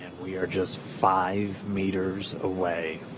we're just five meters away.